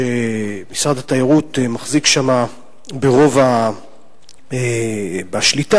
שמשרד התיירות מחזיק בה ברוב השליטה,